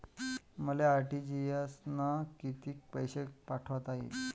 मले आर.टी.जी.एस न कितीक पैसे पाठवता येईन?